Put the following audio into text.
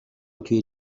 توی